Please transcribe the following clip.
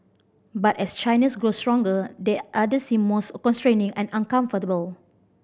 but as China's grows stronger that order seem more constraining and uncomfortable